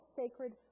sacred